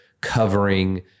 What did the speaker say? covering